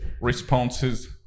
responses